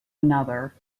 another